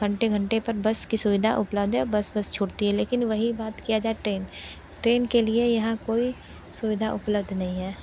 घंटे घंटे पर बस की सुविधा उपलब्ध है और बस बस छूटती है लेकिन वहीं बात किया जाए ट्रेन ट्रेन के लिए यहाँ कोई सुविधा उपलब्ध नहीं है